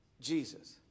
Jesus